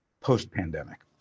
post-pandemic